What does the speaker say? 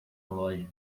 loja